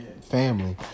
family